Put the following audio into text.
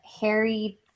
Harry